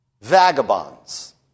Vagabonds